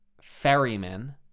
ferryman